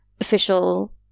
official